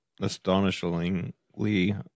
astonishingly